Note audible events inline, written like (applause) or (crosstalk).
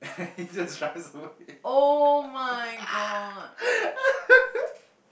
(laughs) he just drives away (laughs)